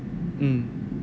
mm